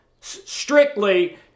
strictly